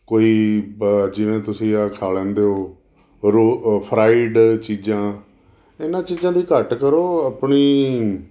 ਕੋਈ ਜਿਵੇਂ ਤੁਸੀਂ ਆ ਖਾ ਲੈਂਦੇ ਹੋ ਰੋ ਫਰਾਈਡ ਚੀਜ਼ਾਂ ਇਹਨਾਂ ਚੀਜ਼ਾਂ ਦੀ ਘੱਟ ਕਰੋ ਆਪਣੀ